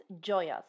joyous